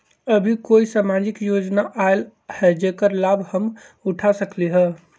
अभी कोई सामाजिक योजना आयल है जेकर लाभ हम उठा सकली ह?